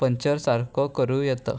puncture सारको करूं येता